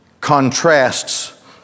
contrasts